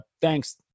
thanks